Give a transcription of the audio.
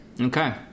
Okay